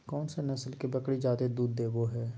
कौन सा नस्ल के बकरी जादे दूध देबो हइ?